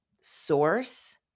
source